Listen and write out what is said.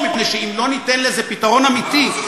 מפני שאם לא ניתן לזה פתרון אמיתי,